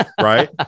right